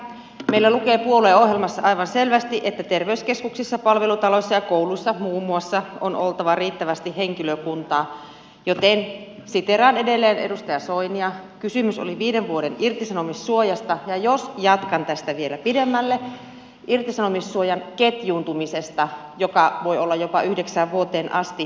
meillä lukee puolueohjelmassa aivan selvästi että terveyskeskuksissa palvelutaloissa ja kouluissa muun muassa on oltava riittävästi henkilökuntaa joten siteeraan edelleen edustaja soinia kysymys oli viiden vuoden irtisanomissuojasta ja jos jatkan tästä vielä pidemmälle irtisanomissuojan ketjuuntumisesta joka voi olla jopa yhdeksään vuoteen asti